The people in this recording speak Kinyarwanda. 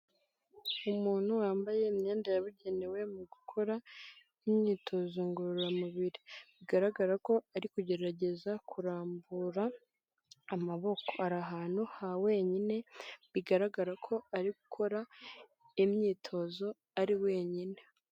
Umuntu wambaye imyenda yabugenewe mu gukora imyitozo ngororamubiri, bigaragara ko ari kugerageza kurambura amaboko, ari ahantu ha wenyine bigaragara ko ari gukora imyitozo ari wenyine.